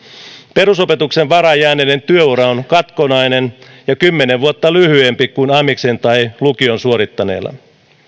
perusopetuksen varaan jääneiden työura on katkonainen ja kymmenen vuotta lyhyempi kuin amiksen tai lukion suorittaneilla